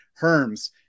Herms